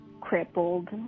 crippled